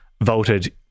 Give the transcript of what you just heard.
voted